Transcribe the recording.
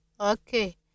Okay